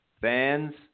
fans